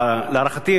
להערכתי,